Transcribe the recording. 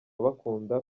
bakunda